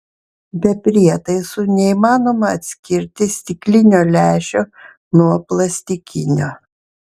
be prietaisų neįmanoma atskirti stiklinio lęšio nuo plastikinio